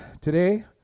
today